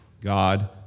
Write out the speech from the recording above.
God